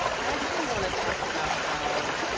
actually want to talk about how